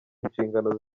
inshingano